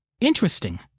Interesting